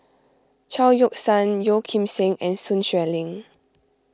Chao Yoke San Yeo Kim Seng and Sun Xueling